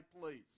please